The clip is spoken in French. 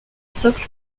socle